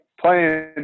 playing –